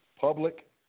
Public